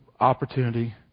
opportunity